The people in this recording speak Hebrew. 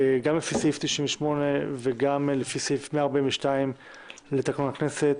גם לפי סעיף 98 וגם לפי סעיף 142 לתקנון הכנסת,